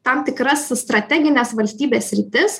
tam tikras strategines valstybės sritis